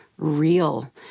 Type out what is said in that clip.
real